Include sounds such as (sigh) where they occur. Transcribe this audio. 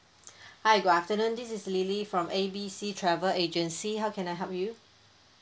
(breath) hi good afternoon this is lily from A B C travel agency how can I help you